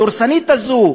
הדורסנית הזאת,